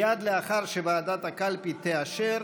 מייד לאחר שוועדת הקלפי תאשר,